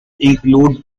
include